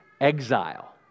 exile